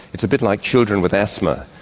it's a bit like children with asthma,